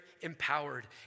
empowered